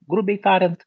grubiai tariant